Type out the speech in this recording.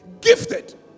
gifted